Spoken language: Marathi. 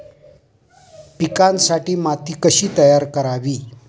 पिकांसाठी माती कशी तयार करावी?